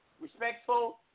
respectful